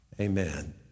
Amen